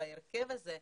בהרכב הזה,